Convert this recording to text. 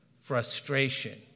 frustration